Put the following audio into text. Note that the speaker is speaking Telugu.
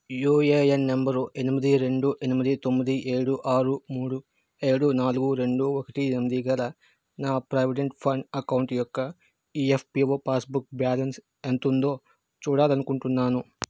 యూఏఎన్ నంబరు ఎనిమిది రెండు ఎనిమిది తొమ్మిది ఏడు ఆరు మూడు ఏడు నాలుగు రెండు ఒకటి ఎనిమిది గల నా ప్రావిడెంట్ ఫండ్ ఎకౌంట్ యొక్క ఇఎఫ్పిఓ పాస్బుక్ బ్యాలన్స్ ఎంతుందో చూడాలనుకుంటున్నాను